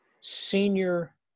senior